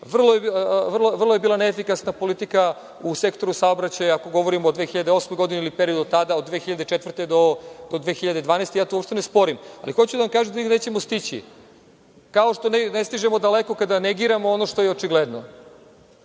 Vrlo je bila neefikasna politika u sektoru saobraćaja, ako govorimo o periodu od 2008, ili periodu od 2004. do 2012. godine. To uopšte ne sporim, ali hoću da vam kažem da nigde nećemo stići, kao što ne stižemo daleko kada negiramo ono što je očigledno. Nisam